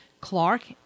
Clark